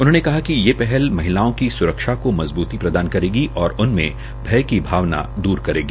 उन्होंने कहा कि ये पहल महिलाओं की स्रक्षा को मजबूती प्रदान करेगी और उनमे भय की भावना दूर करेगी